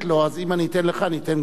אז אם אני אתן לך, אני אתן גם לו.